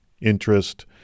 interest